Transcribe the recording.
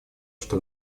что